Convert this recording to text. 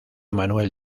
manuel